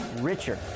richer